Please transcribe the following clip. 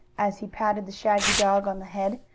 as he patted the shaggy dog on the head,